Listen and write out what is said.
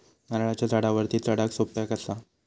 नारळाच्या झाडावरती चडाक सोप्या कसा?